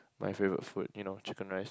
my favourite food you know chicken rice